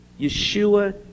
Yeshua